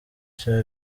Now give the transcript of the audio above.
cya